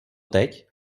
teď